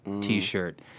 t-shirt